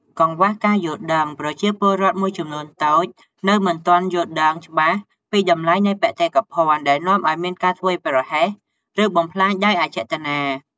កង្វះការយល់ដឹង ប្រជាពលរដ្ឋមួយចំនួនតូចនៅមិនទាន់យល់ដឹងច្បាស់ពីតម្លៃនៃបេតិកភណ្ឌ ដែលនាំឱ្យមានការធ្វេសប្រហែស ឬបំផ្លាញដោយអចេតនា។